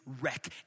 wreck